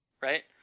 right